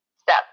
step